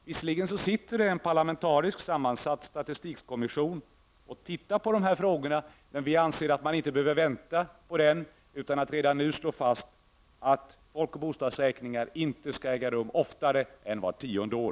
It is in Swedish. Visserligen sitter en parlamentariskt sammansatt statistikkommission och tittar på dessa frågor, men vi anser att man inte behöver vänta på den, utan att man redan nu kan slå fast att folk och bostadsräkningar inte skall äga rum oftare än vart tionde år.